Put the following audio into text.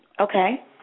Okay